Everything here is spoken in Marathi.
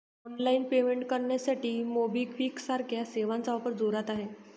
ऑनलाइन पेमेंट करण्यासाठी मोबिक्विक सारख्या सेवांचा वापर जोरात आहे